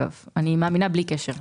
אני מאמינה בלי קשר.